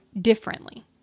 differently